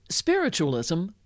Spiritualism